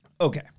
Okay